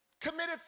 committed